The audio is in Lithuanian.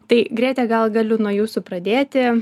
tai grėte gal galiu nuo jūsų pradėti